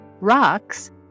Rocks